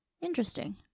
Interesting